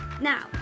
Now